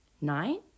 Nine